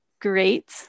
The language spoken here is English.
great